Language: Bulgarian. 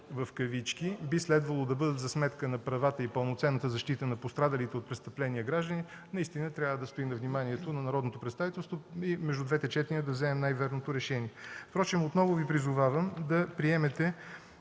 в кавички, би следвало да бъдат за сметка на правата и пълноценната защита на пострадалите от престъпления граждани – наистина трябва да стои на вниманието на народното представителство, и между двете четения да вземем най-вярното решение. Отново Ви призовавам да приемете